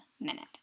minute